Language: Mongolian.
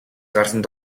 гарсан